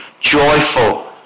joyful